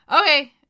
Okay